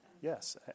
Yes